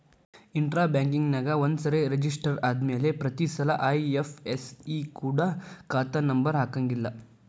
intra ಬ್ಯಾಂಕ್ನ್ಯಾಗ ಒಂದ್ಸರೆ register ಆದ್ಮ್ಯಾಲೆ ಪ್ರತಿಸಲ ಐ.ಎಫ್.ಎಸ್.ಇ ಕೊಡ ಖಾತಾ ನಂಬರ ಹಾಕಂಗಿಲ್ಲಾ